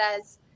says